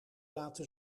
laten